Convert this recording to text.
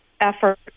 effort